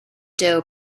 doe